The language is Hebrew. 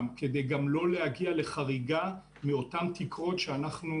כדי גם לא להגיע לחריגה מאותן תקרות שאנחנו,